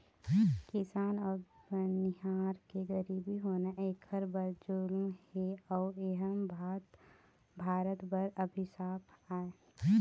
किसान अउ बनिहार के गरीब होना एखर बर जुलुम हे अउ एह भारत बर अभिसाप आय